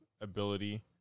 ability